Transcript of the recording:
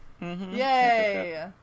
Yay